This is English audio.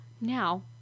Now